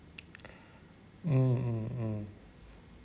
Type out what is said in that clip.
mm mm